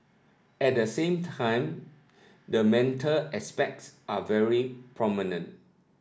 at the same time the mental aspects are very prominent